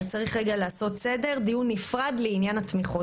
אז צריך לעשות סדר דיון נפרד לעניין התמיכות,